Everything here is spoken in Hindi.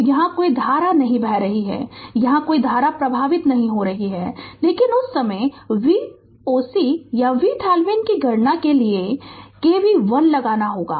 तो यहाँ कोई धारा नहीं बह रही है यहां कोई धारा प्रवाहित नहीं हो रही है लेकिन उस समय Voc या VTheveninकी गणना के लिए k V l लगाना होगा